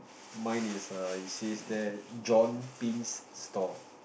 mine is a it says there John Pince store